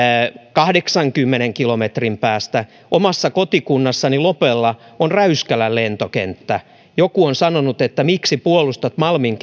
kahdeksankymmenen kilometrin päästä omassa kotikunnassani lopella on räyskälän lentokenttä joku on sanonut että miksi puolustat malmin